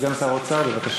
הצעת חוק עבודת